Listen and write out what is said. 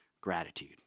gratitude